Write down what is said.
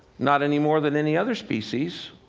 not any more than any other species.